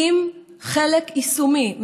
עם חלק יישומי,